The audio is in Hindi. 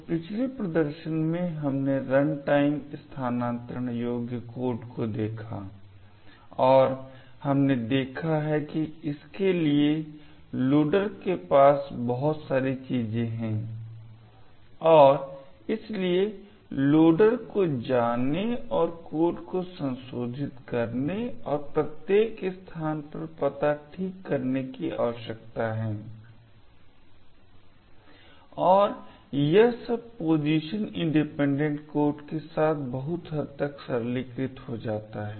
तो पिछले प्रदर्शन में हमने रनटाइम स्थानांतरण योग्य कोड को देखा और हमने देखा है कि इसके लिए लोडर के पास बहुत सारी चीजें हैं और इसलिए लोडर को जाने और कोड को संशोधित करने और प्रत्येक स्थान पर पता ठीक करने की आवश्यकता है और यह सब पोजीशन इंडिपेंडेंट कोड के साथ बहुत हद तक सरलीकृत हो जाता है